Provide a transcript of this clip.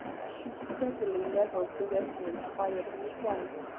she steadily levelled the weapon and fired twice,